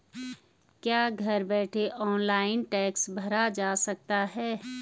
क्या घर बैठे ऑनलाइन टैक्स भरा जा सकता है?